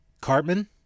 Cartman